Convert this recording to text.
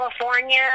California